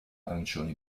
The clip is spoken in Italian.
arancioni